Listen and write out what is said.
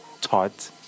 taught